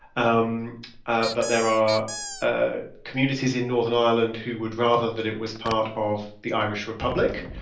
um ah but there are ah communities in northern ireland who would rather that it was part of the irish republic.